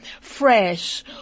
fresh